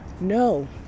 No